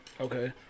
Okay